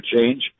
change